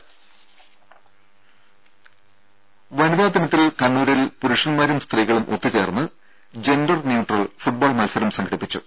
ദേദ വനിതാദിനത്തിൽ കണ്ണൂരിൽ പുരുഷന്മാരും സ്ത്രീകളും ഒത്തുചേർന്ന് ജൻഡർ ന്യൂട്രൽ ഫുട്ബോൾ മത്സരം സംഘടിപ്പിച്ചു